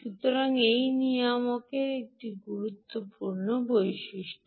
সুতরাং এটি নিয়ামকের একটি গুরুত্বপূর্ণ বৈশিষ্ট্য